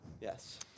Yes